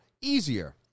easier